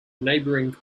neighboring